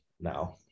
now